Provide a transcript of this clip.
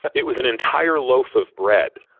it was an entire loaf of bread,